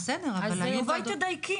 בואי תדייקי.